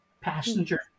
passenger